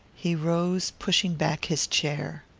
he rose, pushing back his chair.